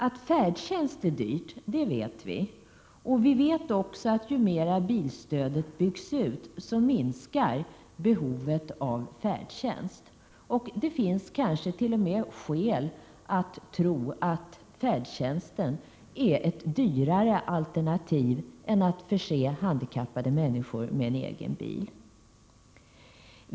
Att färdtjänst är dyrt vet vi. Vi vet också att ju mer bilstödet byggs ut desto mindre blir behovet av färdtjänst. Det finns kanske t.o.m. skäl att tro att färdtjänsten är ett dyrare alternativ än att förse handikappade människor med en egen bil.